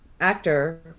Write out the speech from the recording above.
actor